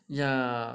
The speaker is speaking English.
yeah